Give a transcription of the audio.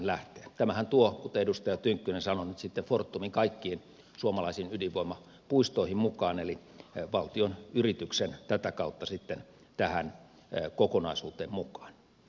tämähän tuo kuten edustaja tynkkynen sanoi nyt sitten fortumin kaikkiin suomalaisiin ydinvoimapuistoihin mukaan eli valtionyrityksen tätä kautta sitten tähän kokonaisuuteen mukaan